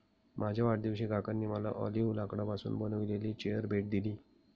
माझ्या वाढदिवशी काकांनी मला ऑलिव्ह लाकडापासून बनविलेली चेअर भेट दिली